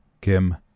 Kim